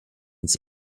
its